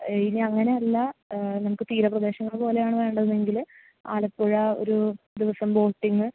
ഇനി അങ്ങനെയല്ല നമുക്ക് തീരപ്രദേശങ്ങൾ പോലെയാണ് വേണ്ടതെന്നെങ്കിൾ ആലപ്പുഴ ഒരു ദിവസം ബോട്ടിംഗ്